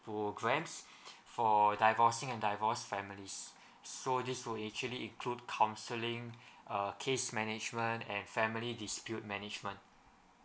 programmes for divorcing and divorced families so these would actually include counselling err case management and family dispute management